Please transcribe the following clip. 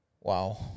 Wow